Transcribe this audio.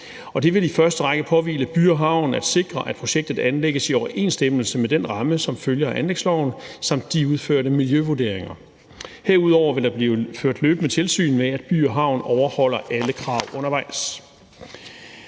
det vil i første række påhvile Udviklingsselskabet By & Havn I/S at sikre, at projektet anlægges i overensstemmelse med den ramme, som følger af anlægsloven samt de udførte miljøvurderinger. Herudover vil der blive ført løbende tilsyn med, at Udviklingsselskabet By & Havn I/S overholder alle krav undervejs.